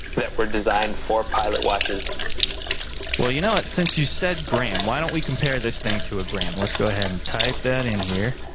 that were designed for pilot watches. m well you know what, since you said graham, why don't we compare this thing to a graham. let's go ahead and type that in here.